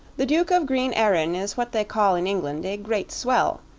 the duke of green-erin is what they call in england a great swell,